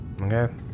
Okay